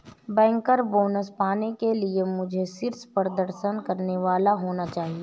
banker bonus पाने के लिए मुझे शीर्ष प्रदर्शन करने वाला होना चाहिए